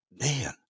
man